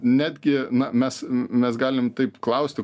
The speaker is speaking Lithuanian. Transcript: netgi na mes mes galim taip klausti